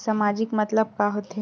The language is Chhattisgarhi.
सामाजिक मतलब का होथे?